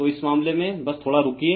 तो इस मामले में बस थोड़ा रुकिए